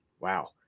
Wow